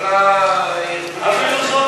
כל הארגונים,